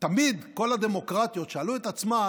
תמיד כל הדמוקרטיות שאלו את עצמן: